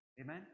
Amen